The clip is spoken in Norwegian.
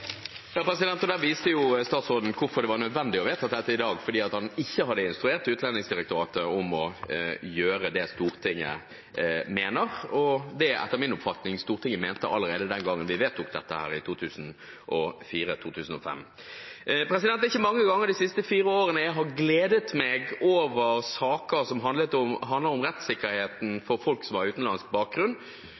nødvendig å vedta dette i dag, nemlig fordi han ikke har instruert Utlendingsdirektoratet om å gjøre det Stortinget mener, og det Stortinget etter min oppfatning mente allerede den gangen vi vedtok dette, i 2004–2005. Det er ikke mange ganger de siste fire årene jeg har gledet meg over saker som handler om rettssikkerheten for folk som har utenlandsk bakgrunn,